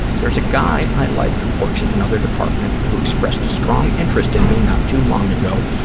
there's a guy i like who works in another department, who expressed a strong interest in me not too long ago,